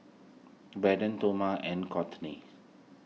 Braden Toma and Cortney